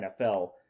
NFL